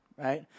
Right